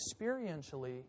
experientially